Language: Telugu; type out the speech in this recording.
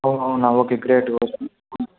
అవును అవునా ఓకే గ్రేట్